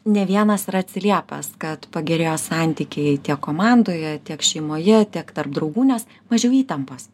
ne vienas yra atsiliepęs kad pagerėjo santykiai tiek komandoje tiek šeimoje tiek tarp draugų nes mažiau įtampos